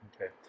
Okay